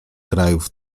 krajów